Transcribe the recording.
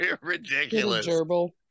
ridiculous